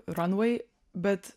ronvai bet